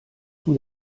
tout